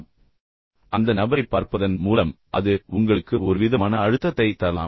பின்னர் அந்த நபரைப் பார்ப்பதன் மூலம் அது உங்களுக்கு ஒருவித மன அழுத்தத்தைத் தரலாம்